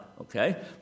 okay